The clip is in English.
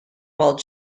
while